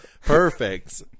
Perfect